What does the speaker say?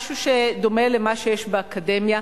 משהו שדומה למה שיש באקדמיה,